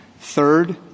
Third